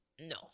no